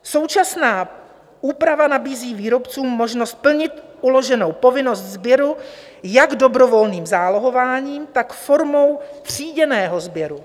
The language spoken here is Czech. Současná úprava nabízí výrobcům možnost plnit uloženou povinnost sběru jak dobrovolným zálohováním, tak formou tříděného sběru.